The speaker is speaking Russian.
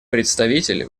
представитель